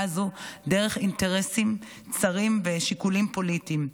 הזאת דרך אינטרסים צרים ושיקולים פוליטיים,